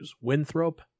Winthrop